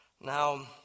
now